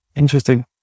interesting